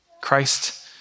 Christ